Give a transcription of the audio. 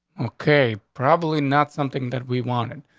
okay, probably not something that we wanted.